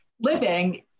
living